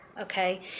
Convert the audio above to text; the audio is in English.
okay